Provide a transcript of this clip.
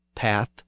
path